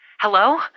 Hello